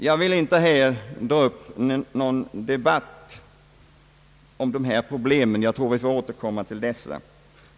Jag vill inte nu dra upp någon debatt om dessa problem. Jag tror att vi får återkomma till dem.